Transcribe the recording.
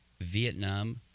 Vietnam